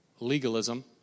legalism